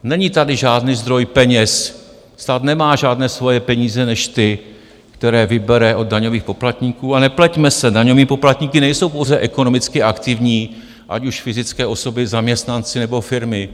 Není tady žádný zdroj peněz, stát nemá žádné svoje peníze než ty, které vybere od daňových poplatníků, a nepleťme se, daňovými poplatníky nejsou pouze ekonomicky aktivní ať už fyzické osoby, zaměstnanci nebo firmy.